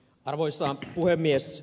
arvoisa puhemies